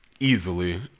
easily